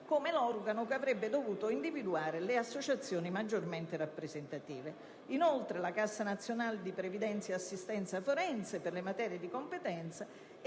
come l'organo che avrebbe dovuto individuare le associazioni maggiormente rappresentative) e la Cassa nazionale di previdenza e assistenza forense per le materie di competenza.